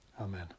Amen